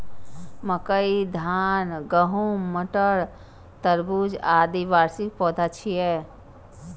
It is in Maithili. मकई, धान, गहूम, मटर, तरबूज, आदि वार्षिक पौधा छियै